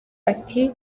ati